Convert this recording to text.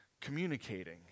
communicating